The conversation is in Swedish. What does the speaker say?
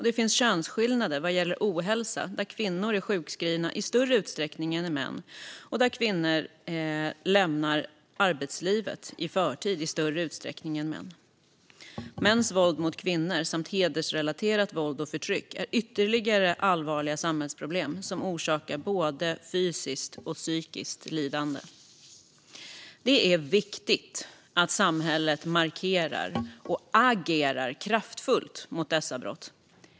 Det finns också könsskillnader vad gäller ohälsa där kvinnor är sjukskrivna i större utsträckning än män och där kvinnor lämnar arbetslivet i förtid i större utsträckning än män. Mäns våld mot kvinnor samt hedersrelaterat våld och förtryck är ytterligare allvarliga samhällsproblem som orsakar både fysiskt och psykiskt lidande. Det är viktigt att samhället markerar och agerar kraftfullt mot dessa brott.